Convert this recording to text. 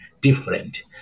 different